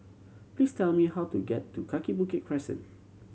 please tell me how to get to Kaki Bukit Crescent